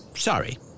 Sorry